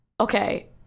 okay